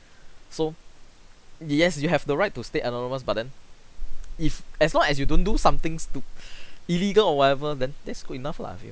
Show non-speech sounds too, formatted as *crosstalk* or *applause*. so yes you have the right to stay anonymous but then if as long as you don't do somethings stu~ *breath* illegal or whatever then that's good enough lah if you